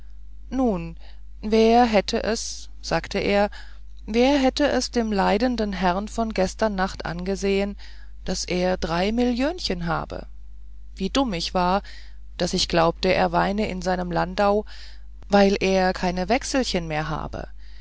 nun wer hätte es sagte er wer hätte es dem leidenden herrn von gestern nacht angesehen daß er drei milliönchen habe wie dumm ich war daß ich glaubte er weine in seinem landau weil er keine wechselchen mehr habe